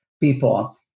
people